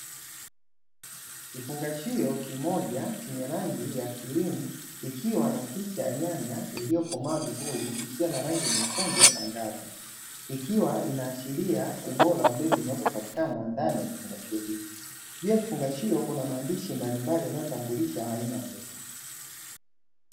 Kifungashio kimoja chenye rangi ya kilimu, ikiwa na picha ya nyanya iliyokomaa vizuri, ikiwa na rangi nyekundu angaza, ikiwa inaashiria ubora wa mbegu zinazopatikana ndani ya kifungashio hicho, juu ya kifungashio kuna maandishi mbalimbali yanayotambulisha aina ya mbegu.